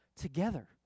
together